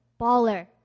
baller